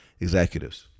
executives